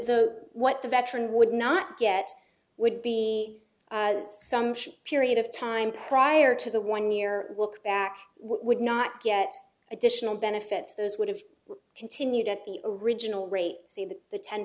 the what the veteran would not get would be some period of time prior to the one year look back would not get additional benefits those would have continued at the original rate see that the ten